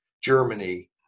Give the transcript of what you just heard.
Germany